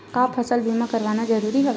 का फसल बीमा करवाना ज़रूरी हवय?